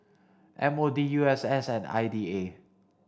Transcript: M O D U S S and I D A